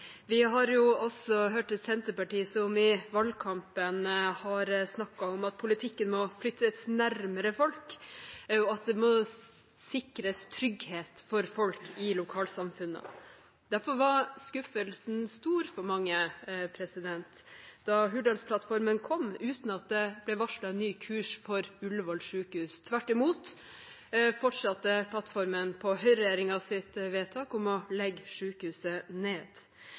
Vi har også hørt et Senterparti som i valgkampen har snakket om at politikken må flyttes nærmere folk, at man må sikre trygghet for folk i lokalsamfunnene. Derfor var skuffelsen stor for mange da Hurdalsplattformen kom uten at det ble varslet en ny kurs for Ullevål sykehus – tvert imot fortsatte plattformen på høyreregjeringens vedtak om å legge sykehuset ned.